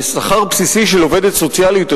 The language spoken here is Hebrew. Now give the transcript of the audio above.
ושכר בסיסי של עובדת סוציאלית,